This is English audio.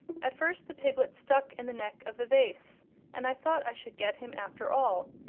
at first the piglet stuck in the neck of the vase and i thought i should get him, after all,